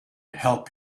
help